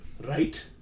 Right